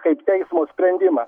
kaip teismo sprendimą